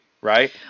Right